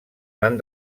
van